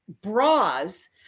bras